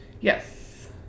Yes